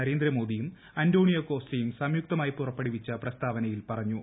നരേന്ദ്രമോദിയുട്ടി Antonio കോസ്റ്റയും സംയുക്തമായി പുറപ്പെടുവിച്ച പ്രസ്താവ്നയിൽ പറഞ്ഞു